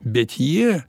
bet jie